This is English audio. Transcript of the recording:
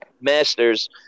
Masters